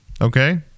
Okay